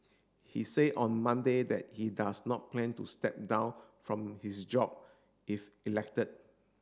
he say on Monday that he does not plan to step down from his job if elected